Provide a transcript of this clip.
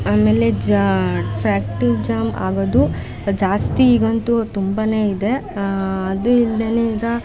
ಆಮೇಲೆ ಜಾ traffic jam ಆಗೋದು ಜಾಸ್ತಿ ಈಗಂತೂ ತುಂಬನೇ ಇದೆ ಅದು ಇಲ್ಲದೇನೆ ಈಗ